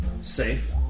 safe